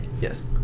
yes